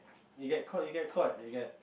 you get caught you get caught you get